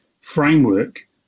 framework